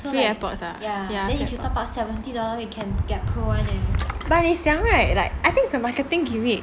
free airpods ya but if 你想 right like I think some marketing gimmick